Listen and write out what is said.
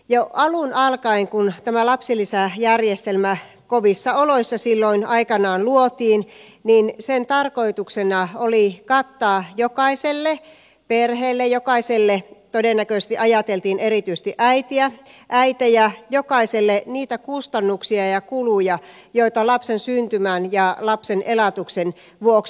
jo alun alkaen kun tämä lapsilisäjärjestelmä kovissa oloissa silloin aikanaan luotiin sen tarkoituksena oli kattaa jokaiselle perheelle todennäköisesti ajateltiin erityisesti äitejä niitä kustannuksia ja kuluja joita lapsen syntymän ja lapsen elatuksen vuoksi tulee